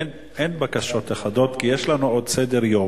אין בקשות אחדות כי יש לנו עוד סדר-יום.